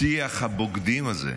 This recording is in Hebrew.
שיח הבוגדים הזה,